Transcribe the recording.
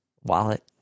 wallet